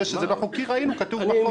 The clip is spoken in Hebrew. בוודאי, זה שזה לא חוקי, ראינו, כתוב בחוק.